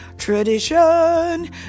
tradition